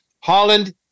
Holland